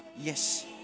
Yes